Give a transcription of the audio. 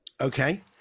Okay